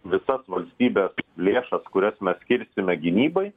visas valstybės lėšas kurias mes skirsime gynybai